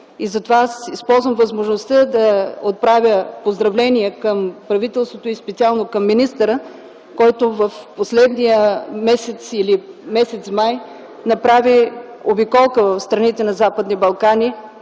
Затова използвам възможността да отправя поздравления към правителството и специално към министъра, който през м. май направи обиколка в страните на Западните Балкани